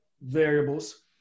variables